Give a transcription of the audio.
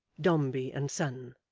dombey and son